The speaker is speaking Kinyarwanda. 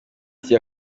titie